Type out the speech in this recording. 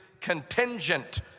contingent